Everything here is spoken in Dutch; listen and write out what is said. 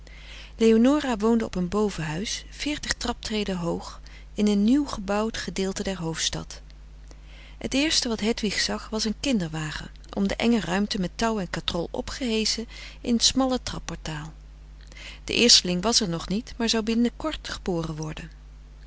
leonora woonde op een bovenhuis veertig traptreden hoog in een nieuw gebouwd gedeelte der hoofdstad het eerste wat hedwig zag was een kinderwagen om de enge ruimte met touw en katrol opgeheschen in t smalle trap portaal de eersteling was er nog niet maar zou binnen kort geboren worden